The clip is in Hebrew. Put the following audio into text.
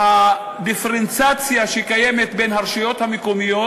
והדיפרנציאציה שקיימת בין הרשויות המקומיות,